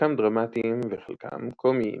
חלקם דרמטיים וחלקם קומיים.